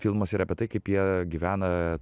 filmas yra apie tai kaip jie gyvena